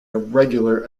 irregular